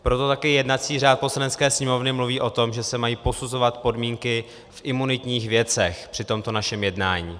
Proto taky jednací řád Poslanecké sněmovny mluví o tom, že se mají posuzovat podmínky v imunitních věcech při tomto našem jednání.